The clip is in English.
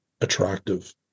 attractive